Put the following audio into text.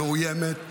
מאוימת,